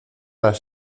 las